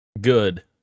Good